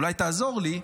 אולי תעזור לי.